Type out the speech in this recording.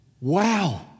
wow